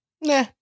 Nah